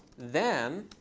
then